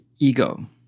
ego